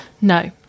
No